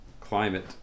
Climate